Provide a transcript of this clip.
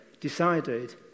decided